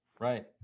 right